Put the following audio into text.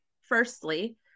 firstly